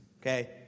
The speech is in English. Okay